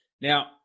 Now